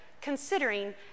considering